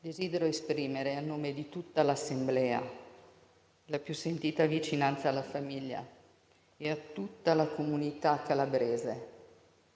Desidero esprimere, a nome di tutta l'Assemblea, la più sentita vicinanza alla famiglia e a tutta la comunità calabrese,